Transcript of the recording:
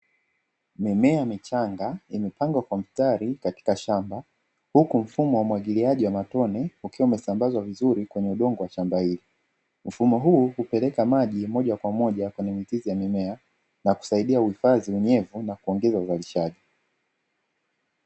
Mimea michanga imepangwa kwa mstari katika shamba, huku mfumo wa umwagiliaji wa matone ukiwa umesambazwa vizuri kwenye udongo wa shamba hili, mfumo huu hupeleka maji moja kwa moja kwenye mizizi ya mimea na kusaidia kuhufadhi unyevu na kuongeza uzalishaji.